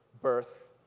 birth